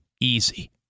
easy